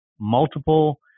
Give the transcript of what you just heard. multiple